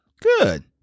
Good